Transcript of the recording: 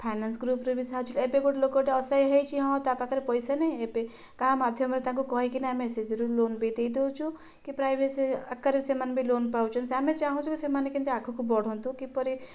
finance ଗ୍ରୁପରେ ବି ସାହାଯ୍ୟ ଏବେ ଗୋଟାଏ ଲୋକଟାଏ ଅସହାୟ ହୋଇଛି କି ହଁ ତା'ପାଖରେ ପଇସା ନାହିଁ ଏବେ କାହା ମାଧ୍ୟମରେ ତାଙ୍କୁ କହିକି ନା ଆମେ ଏସ୍ଏଚ୍ଜିରୁ ଲୋନ୍ ବି ଦେଇଦେଉଛୁ କି ପ୍ରାଇଭେସି ଆକାରରେ ସେମାନେ ବି ଲୋନ୍ ପାଉଛନ୍ତି ଆମେ ଚାହୁଁଛୁ କି ସେମାନେ କେମିତି ଆଗକୁ ବଢ଼ନ୍ତୁ କିପରି